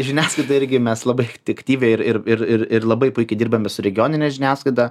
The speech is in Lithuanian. žiniasklaida irgi mes labai efektyviai ir labai puikiai dirbame su regionine žiniasklaida